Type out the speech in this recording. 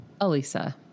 Alisa